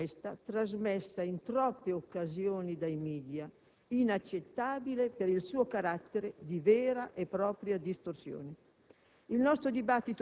Una lettura, questa, trasmessa in troppe occasioni dai *media*, inaccettabile per il suo carattere di vera e propria distorsione.